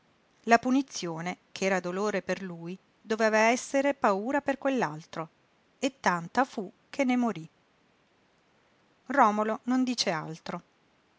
la punizione ch'era dolore per lui doveva essere paura per quell'altro e tanta fu che ne morí romolo non dice altro